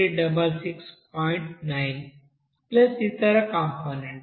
9ఇతర components